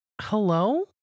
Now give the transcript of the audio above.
hello